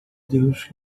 deus